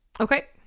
okay